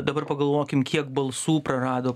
dabar pagalvokim kiek balsų prarado